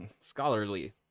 scholarly